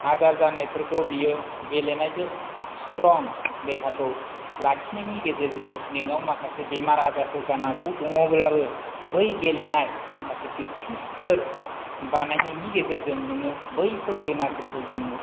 आजार जानायफोरखौ बियो गेलेनायजों स्ट्रं देहाखौ लाखिनायनि गेजेरजों नोंनाव माखासे बेमार आजारफोर जानांगौ दङब्लाबो बै गेलेनाय माखासे प्रेकटिसफोर बानायनायनि गेजेरजों नोङो बैफोर बेमारखौ जोङो